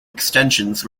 extensions